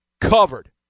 Covered